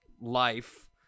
life